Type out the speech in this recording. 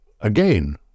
again